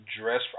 dress